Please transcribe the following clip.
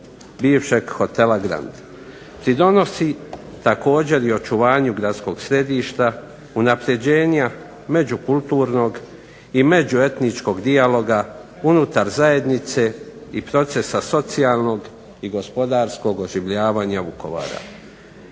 bivšeg hotela Grand. Pridonosi također i očuvanju gradskog središta, unapređenja međukulturnog i međuetničkog dijaloga unutar zajednice i procesa socijalnog i gospodarskog oživljavanja Vukovara.